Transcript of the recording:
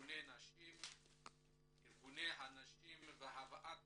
ארגוני הנשים והבעת